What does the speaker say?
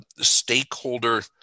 stakeholder